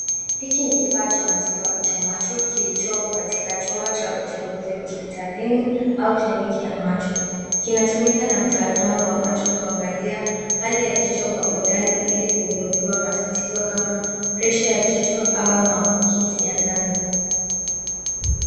Hiki ni kifaa cha matibabu cha macho kilichoko katika chumba cha uchunguzi hospitalini au kliniki ya macho. Kinatumika na mtaalamu wa macho kuangalia hali ya jicho kwa undani ili kugundua matatizo kama pressure ya jicho au maambukizi ya ndani.